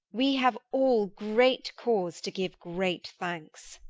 we have all great cause to give great thanks.